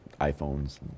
iPhones